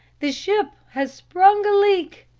the ship has sprung a leak!